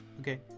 Okay